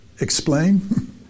explain